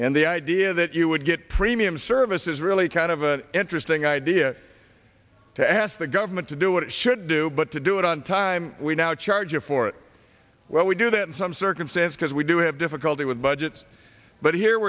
and the idea that you would get premium service is really kind of an interesting idea to ask the government to do what it should do but to do it on time we now charge you for it well we do that in some circumstance because we do have difficulty with budgets but here